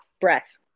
breath